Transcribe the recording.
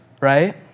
Right